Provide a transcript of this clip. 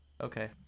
okay